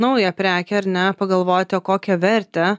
naują prekę ar ne pagalvoti o kokią vertę